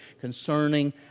concerning